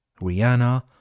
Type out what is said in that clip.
Rihanna